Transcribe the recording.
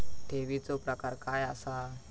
ठेवीचो प्रकार काय असा?